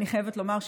אני חייבת לומר,